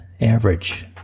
average